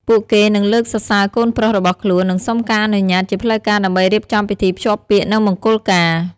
ពួកគេនឹងលើកសរសើរកូនប្រុសរបស់ខ្លួន និងសុំការអនុញ្ញាតជាផ្លូវការដើម្បីរៀបចំពិធីភ្ជាប់ពាក្យ និងមង្គលការ។